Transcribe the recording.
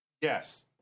Yes